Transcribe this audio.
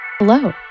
Hello